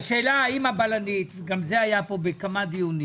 השאלה, האם הבלנית גם זה היה פה בכמה דיונים